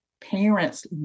parents